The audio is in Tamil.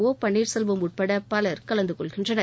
ஆபன்னீர்செல்வம் உட்பட பலர் கலந்து கொள்கின்றனர்